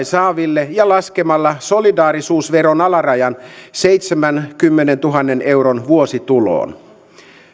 saaville ja laskemalla solidaarisuusveron alarajan seitsemänkymmenentuhannen euron vuosituloon